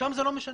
שם זה לא משנה.